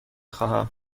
خواهم